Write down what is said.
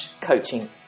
coaching